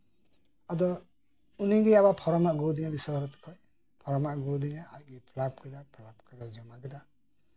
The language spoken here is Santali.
ᱟᱵᱟᱨ ᱩᱱᱤᱜᱮ ᱯᱷᱚᱨᱚᱢᱮ ᱟᱹᱜᱩ ᱟᱹᱫᱤᱧᱟ ᱵᱤᱥᱥᱚ ᱵᱷᱟᱨᱚᱛᱤ ᱠᱷᱚᱱ ᱯᱷᱚᱨᱚᱢᱮ ᱟᱹᱜᱩ ᱠᱮᱫᱟ ᱟᱹᱜᱩ ᱠᱟᱛᱮᱜ ᱯᱷᱚᱨᱚᱢ ᱮ ᱯᱷᱤᱞᱟᱯ ᱠᱮᱫᱟ ᱟᱫᱚᱭ ᱡᱚᱢᱟ ᱠᱮᱫᱟ